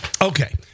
Okay